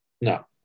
no